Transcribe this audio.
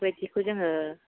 बेबायदिखौ जोङो